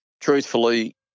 Truthfully